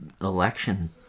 election